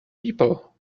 people